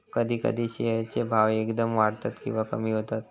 कधी कधी शेअर चे भाव एकदम वाढतत किंवा कमी होतत